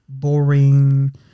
Boring